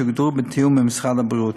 שהוגדרו בתיאום עם משרד הבריאות.